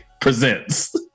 Presents